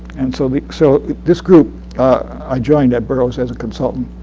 and so but so this group i joined at burroughs as a consultant.